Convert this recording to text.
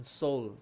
soul